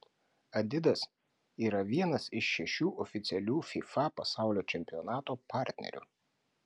adidas yra vienas iš šešių oficialių fifa pasaulio čempionato partnerių